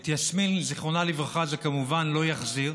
את יסמין, זיכרונה לברכה, זה כמובן לא יחזיר,